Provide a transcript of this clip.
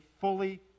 fully